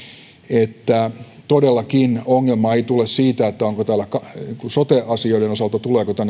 että todellakaan ongelma ei tule siitä tuleeko tänne sote asioiden osalta